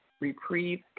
reprieve